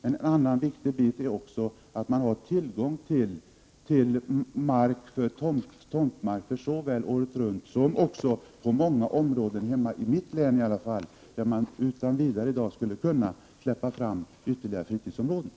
En annan viktig faktor är att man har tillgång till tomtmark för åretruntbostäder. I många områden, t.ex. i mitt hemlän, skulle man också kunna släppa fram ytterligare fritidsbebyggelse.